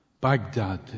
Baghdad